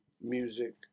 music